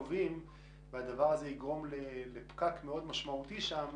טובים והדבר הזה יגרום לפקק מאוד משמעותי שם,